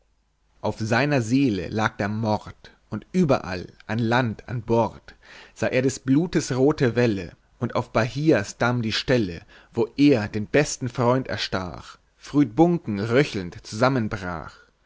auf seiner seele lag der mord und überall an land an bord sah er des blutes rothe welle und auf bahia's damm die stelle wo er den besten freund erstach früd buncken röchelnd zusammenbrach